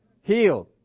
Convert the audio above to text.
Healed